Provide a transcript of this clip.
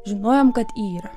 žinojom kad yra